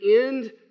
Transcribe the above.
end